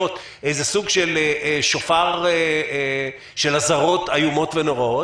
איזה סוג של שופר של אזהרות איומות ונוראות,